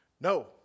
no